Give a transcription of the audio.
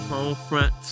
Homefront